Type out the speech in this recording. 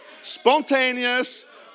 spontaneous